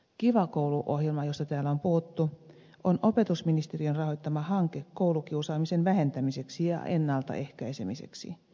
kiva koulu ohjelma josta täällä on puhuttu on opetusministeriön rahoittama hanke koulukiusaamisen vähentämiseksi ja ennaltaehkäisemiseksi